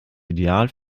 ideal